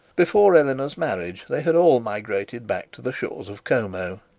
before eleanor's marriage they had all migrated back to the shores of como.